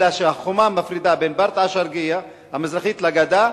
אלא שהחומה מפרידה בין ברטעה- אל-שרקיה המזרחית לגדה,